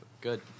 Good